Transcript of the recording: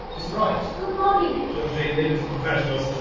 just arrived! good morning georgie. leave it to the professionals.